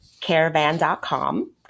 caravan.com